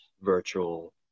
virtual